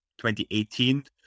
2018